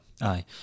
Aye